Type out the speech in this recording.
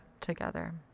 together